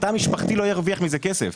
התא המשפחתי לא ירוויח מזה כסף.